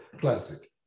classic